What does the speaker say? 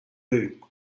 داری